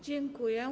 Dziękuję.